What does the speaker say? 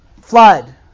flood